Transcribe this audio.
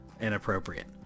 Inappropriate